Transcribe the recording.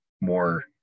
more